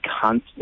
constant